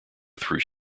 through